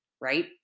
right